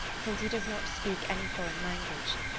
since he does not speak any foreign language.